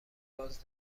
باز